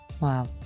Wow